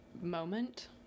moment